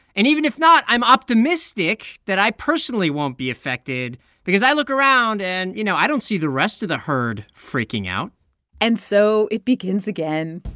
and even if not, i'm optimistic that i personally won't be affected because i look around and, you know, i don't see the rest of the herd freaking out and so it begins, again